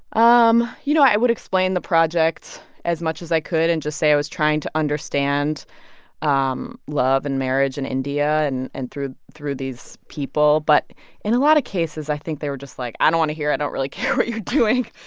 um you know, i would explain the project as much as i could and just say i was trying to understand um love and marriage in india and and through through these people. but in a lot of cases i think they were just, like, i don't want to hear it. i don't really care what you're doing.